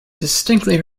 distinctly